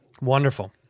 Wonderful